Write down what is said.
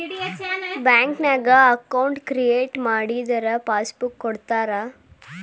ಬ್ಯಾಂಕ್ನ್ಯಾಗ account create ಮಾಡಿದರ passbook ಕೊಡ್ತಾರಾ